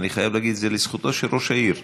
ואני חייב להגיד לזכותו של ראש העיר,